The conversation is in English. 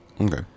Okay